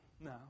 No